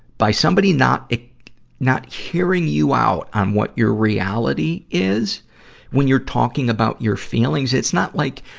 by somebody not, ah not hearing you out on what your reality is when you're talking about your feelings. it's not like,